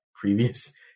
previous